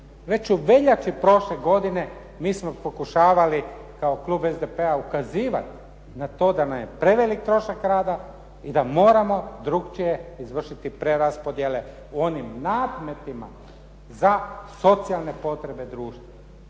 već u veljači prošle godine mi smo pokušavali kao klub SDP-a ukazivati na to da nam je prevelik trošak rada i da moramo drugačije izvršiti preraspodjele u onim … za socijalne potrebe društva.